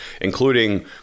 including